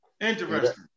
Interesting